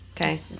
Okay